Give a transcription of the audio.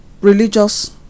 Religious